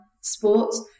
sports